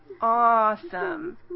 Awesome